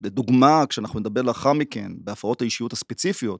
לדוגמא כשאנחנו נדבר לאחר מכן בהפרעות האישיות הספציפיות.